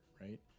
right